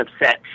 upset